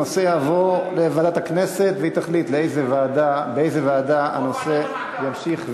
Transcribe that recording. הנושא יעבור לוועדת הכנסת והיא תחליט באיזו ועדה הנושא ימשיך ויידון.